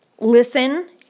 listen